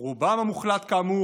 בסך הכול,